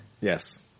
Yes